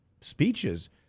speeches